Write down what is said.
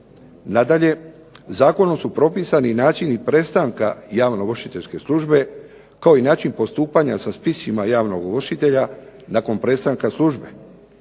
Nadalje, zakonom su propisani i načini prestanka javno ovršiteljske službe, kao i način postupanja sa spisima javnog ovršitelja nakon prestanka službe.